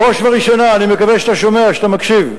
בראש ובראשונה, אני מקווה שאתה שומע, שאתה מקשיב.